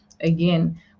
Again